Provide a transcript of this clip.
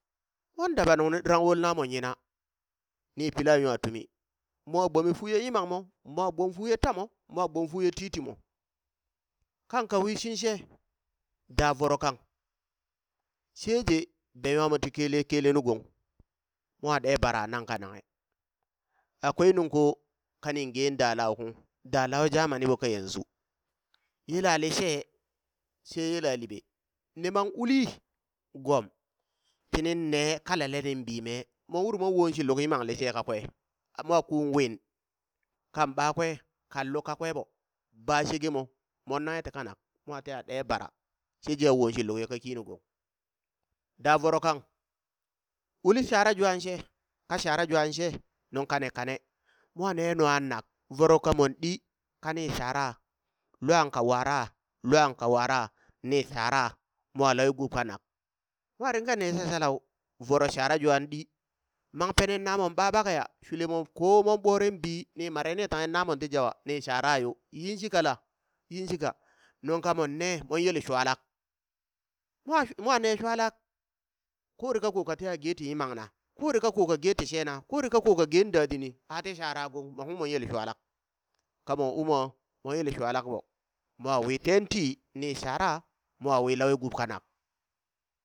Mon daɓa nung nu ɗrangwul namo yina ni pila nwa tumi mo gbome fu ye yimang mo, mwa gbomfu tamo, mwa gbomfu ye titimo, kangka wishitshe da voro kang sheje be nwamo ti kele kele nu gong, mwa ɗe bara nang ka nanghe, akwai nungko kanin geen da laukung da lau zamaniɓo ka yanzu, yelalishe shee yelaliɓe ni mang uli gom tining ne kalalening bi mee mon uri mon wo shi luk yimang lishe ka kwa mon kon win, kan ɓakwe kan luk kakwe ɓo ba sheke mo mon nanghe ti kanak, mwa teya ɗe bara shejeya won shi luk ye kaki nu gong, da vorokang uli shara jwan she ka shara jwanshe nun kanikane mwa ne nungha nak voro kamon di kani shara, luang ka wara, luang ka wara, ni shara mwa lauwe gub kanak mwa dingan ne shashalau voro shara jaun di, mang penen namon ɓaɓakeya shulemon ko mon ɓoren bii ni mare ni tanghe namon ti jawa ni shara yo yinshi kala yinshi ka nung ka monne mon yele shwalak mwa mwane shwala kuri kako ka teha geti yamamna, kuri kako ka ge ti shena kuri kako ka gen dadini a ti shara gong mo ung mon yele shwala, kamon umua mon yele shwalak ɓo, mwa wi tenti ni shara mwa wi lau gub kanak.